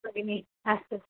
भगिनि अस्तु